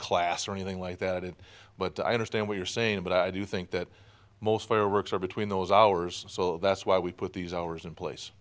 class or anything like that it but i understand what you're saying but i do think that most fireworks are between those hours so that's why we put these hours in place